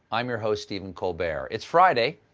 i'm your host, stephen colber. it's friday.